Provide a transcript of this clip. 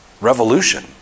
revolution